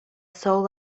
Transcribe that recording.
soul